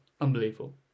Unbelievable